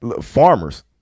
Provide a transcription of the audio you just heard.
Farmers